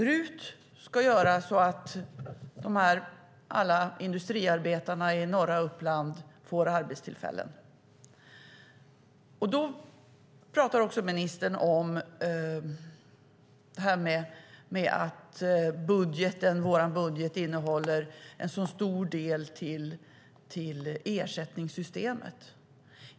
RUT ska göra så att alla industriarbetarna i norra Uppland får arbetstillfällen. Ministern säger också att vår budget innehåller en så stor del till ersättningssystemet.